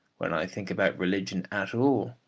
when i think about religion at all,